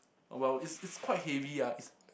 well it's it's quite heavy ah it's